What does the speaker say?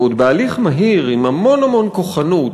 ועוד בהליך מהיר, עם המון המון כוחנות?